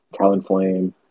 Talonflame